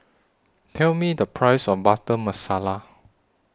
Tell Me The Price of Butter Masala